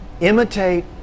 Imitate